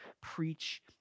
Preach